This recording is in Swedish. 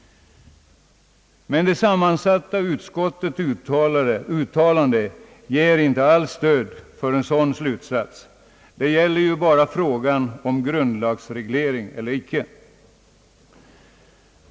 Men det sammansatta utskottets uttalande ger inte alls stöd för en sådan slutsats. Det gäller ju bara frågan om grundlagsreglering eller inte.